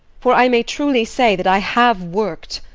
for i may truly say that i have worked!